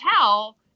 tell